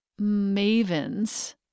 mavens